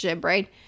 right